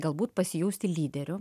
galbūt pasijausti lyderiu